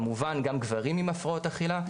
כמובן גם גברים עם הפרעות אכילה,